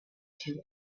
two